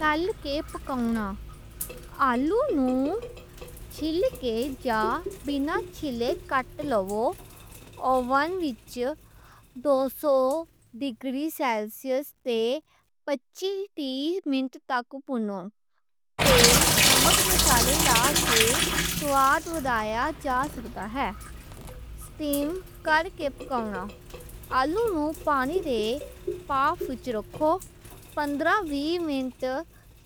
تاں کے پکونا آلو چھل کے یا بنا چھلے کٹ لو۔ اوون وچ دو سو ڈگری سیلسیس تے پچی تے منٹ تک۔ تیل، نمک مسالے لا کے سواد ودایا جا سکتا ہے۔ سٹیم کر کے پکونا، آلو پانی وچ تے پاؤ وچ رکھو پندرہ منٹ